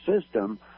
system